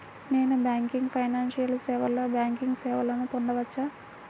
Non banking financial సేవలో banking సేవలను పొందవచ్చా?